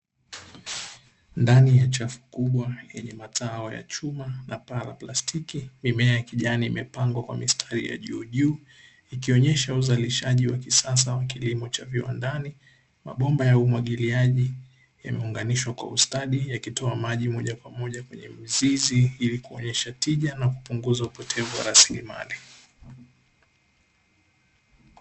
Ndani ya chafu kubwa yenye matao chuma na plao ya plastiki, mimea ya kijani imepangwa kwa mistari ya juujuu, ikionyesha uzalishaji wa kisasa wa kilimo cha viwandani, mabomba ya umwagiliaji yameunganishwa kwa ustadi yakitoa maji moja kwa moja kwenye mizizi, ili kuongeza tija na kupunguza upotevu wa rasilimali.